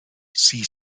sea